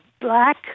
black